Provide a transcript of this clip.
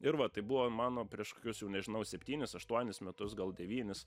ir va tai buvo mano prieš kokius jau nežinau septynis aštuonis metus gal devynis